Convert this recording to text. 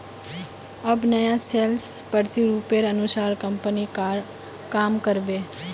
अब नया सेल्स प्रतिरूपेर अनुसार कंपनी काम कर बे